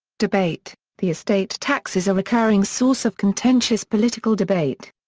debate the estate tax is a recurring source of contentious political debate.